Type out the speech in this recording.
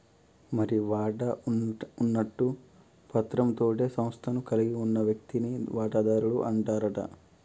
మరి వాటా ఉన్నట్టు పత్రం తోటే సంస్థను కలిగి ఉన్న వ్యక్తిని వాటాదారుడు అంటారట